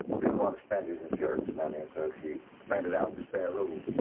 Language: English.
didn't want to spend years insurance money associate rented out sparrow.